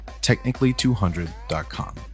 technically200.com